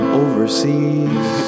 overseas